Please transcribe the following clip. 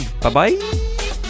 Bye-bye